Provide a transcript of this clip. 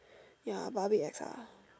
ya but a bit ex ah